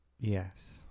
yes